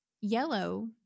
yellow